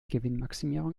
gewinnmaximierung